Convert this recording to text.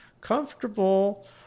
comfortable